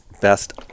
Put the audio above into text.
best